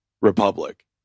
Republic